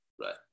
right